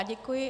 Děkuji.